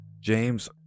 James